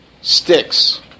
sticks